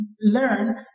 learn